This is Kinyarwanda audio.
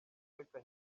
reka